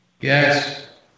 Yes